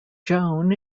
joan